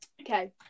Okay